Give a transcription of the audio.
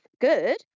good